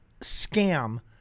scam